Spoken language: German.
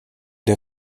der